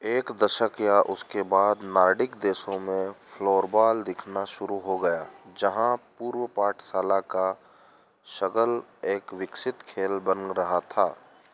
एक दशक या उसके बाद नॉर्डिक देशों में फ़्लोरबॉल दिखना शुरू हो गया जहाँ पूर्व पाठशाला का शगल एक विकसित खेल बन रहा था